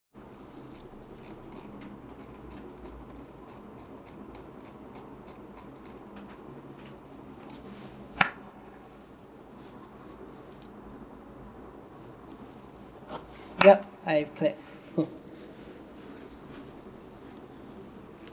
yup I've clapped